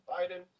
Biden